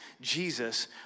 Jesus